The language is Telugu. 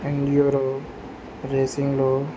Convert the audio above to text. ఎన్డిఓలో రేసింగ్లో